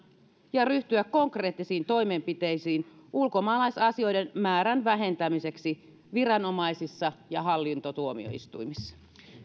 ja ryhtyä konkreettisiin toimenpiteisiin ulkomaalaisasioiden määrän vähentämiseksi viranomaisissa ja hallintotuomioistuimissa